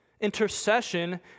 Intercession